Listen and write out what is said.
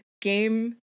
game